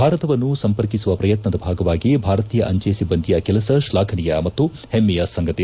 ಭಾರತವನ್ನು ಸಂಪರ್ಕಿಸುವ ಪ್ರಯತ್ನದ ಭಾಗವಾಗಿ ಭಾರತೀಯ ಅಂಜೆ ಸಿಬ್ಲಂದಿಯ ಕೆಲಸ ಶ್ವಾಘನೀಯ ಮತ್ತು ಪಮ್ಸೆಯ ಸಂಗತಿ